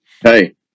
Hey